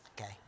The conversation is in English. Okay